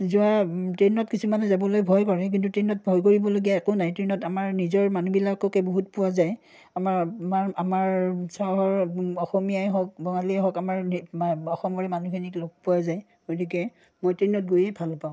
যোৱা ট্ৰেইনত কিছুমানে যাবলৈ ভয় কৰে কিন্তু ট্ৰেইনত ভয় কৰিবলগীয়া একো নাই ট্ৰেইনত আমাৰ নিজৰ মানুহবিলাককে বহুত পোৱা যায় আমাৰ আমাৰ আমাৰ চহৰৰ অসমীয়াই হওক বঙালীয়েই হওক আমাৰ অসমৰে মানুহখিনিক পোৱা যায় গতিকে মই ট্ৰেইনত গৈয়ে ভাল পাওঁ